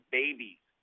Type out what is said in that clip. babies